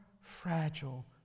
fragile